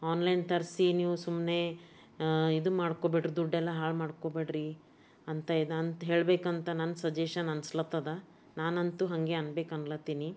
online ತರಿಸಿ ನೀವು ಸುಮ್ಮನೆ ಇದು ಮಾಡ್ಕೊಳ್ಬೇಡ್ರಿ ದುಡ್ಡೆಲ್ಲ ಹಾಳು ಮಾಡ್ಕೊಳ್ಬೇಡ್ರಿ ಅಂತ ಇದು ಅಂತ ಹೇಳಬೇಕಂತ ನನ್ನ ಸಜೆಷನ್ ಅನ್ನಿಸ್ಲತ್ತದ ನಾನಂತೂ ಹಾಗೆ ಅನ್ಬೇಕು ಅನ್ಲತ್ತೀನಿ